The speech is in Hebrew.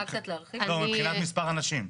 מבחינת מספר אנשים.